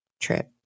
trip